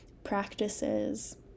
practices